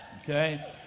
okay